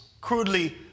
crudely